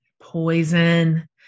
Poison